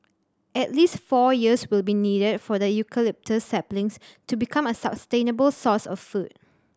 at least four years will be needed for the eucalyptus saplings to become a sustainable source of food